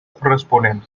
corresponent